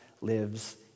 lives